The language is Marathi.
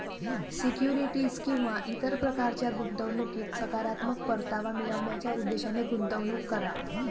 सिक्युरिटीज किंवा इतर प्रकारच्या गुंतवणुकीत सकारात्मक परतावा मिळवण्याच्या उद्देशाने गुंतवणूक करा